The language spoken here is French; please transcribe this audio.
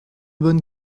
bonne